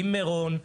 עם מירון,